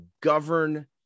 govern